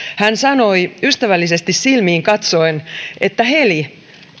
hän sanoi ystävällisesti silmiin katsoen että heli